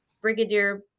Brigadier